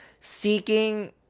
seeking